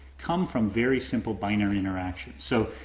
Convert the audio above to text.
come from very simple binary interactions. so,